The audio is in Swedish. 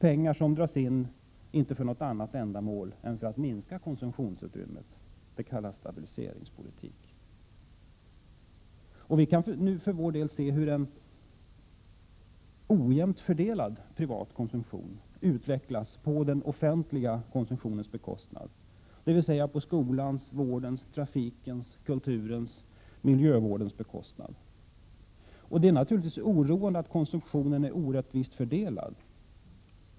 Pengarna dras inte in för något annat ändamål än för att minska konsumtionsutrymmet — det kallas stabiliseringspolitik. Vi kan nu se hur en ojämnt fördelad privat konsumtion utvecklas på den offentliga konsumtionens bekostnad, dvs. på skolans, vårdens, trafikens, kulturens och miljövårdens bekostnad. Och det är naturligtvis oroande att konsumtionen är orättvist fördelad.